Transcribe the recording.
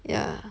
yah